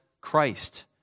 Christ